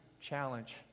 challenge